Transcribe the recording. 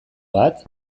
bat